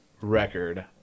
record